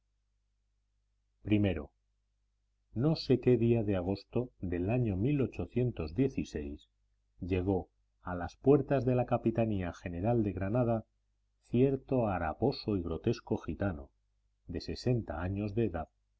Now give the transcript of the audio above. i no sé qué día de agosto del año llegó a las puertas de la capitanía general de granada cierto haraposo y grotesco gitano de sesenta años de edad